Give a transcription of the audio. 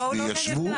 בוודאי.